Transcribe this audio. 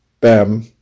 Bam